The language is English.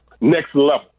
next-level